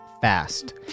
fast